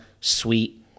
sweet